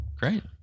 Great